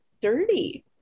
dirty